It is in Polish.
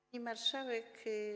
Pani Marszałek!